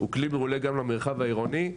והוא כלי מעולה גם למרחב העירוני.